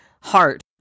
heart